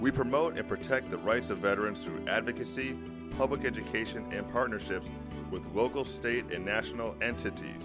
we promote and protect the rights of veterans from advocacy public education and partnerships with local state and national entities